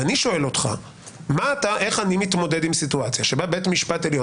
ואני שואל אותך איך אני מתמודד עם סיטואציה שבה בית משפט עליון